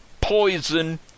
poison